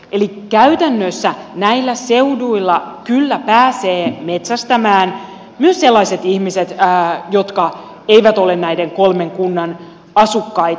eli käytännössä näillä seuduilla kyllä pääsee metsästämään myös sellaiset ihmiset jotka eivät ole näiden kolmen kunnan asukkaita